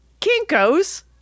Kinko's